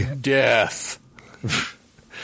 death